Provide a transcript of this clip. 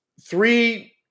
three